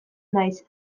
naiz